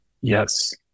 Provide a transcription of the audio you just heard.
yes